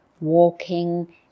Walking